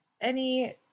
any-